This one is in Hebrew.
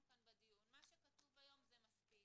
כאן בדיון מה שכתוב היום זה מספיק.